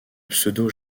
pseudo